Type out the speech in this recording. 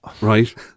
Right